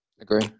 agree